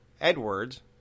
Edwards